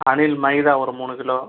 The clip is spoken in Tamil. அணில் மைதா ஒரு மூணு கிலோ